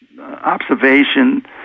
observation